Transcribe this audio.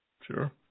Sure